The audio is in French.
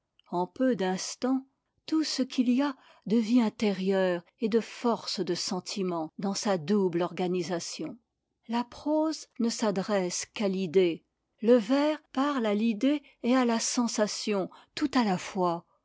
en peu d'instans tout ce qu'il y a de vie intérieure et de force de sentiment dans sa double organisation la prose ne s'adresse qu'à l'idée le vers parle à l'idée et à la sensation tout à la fois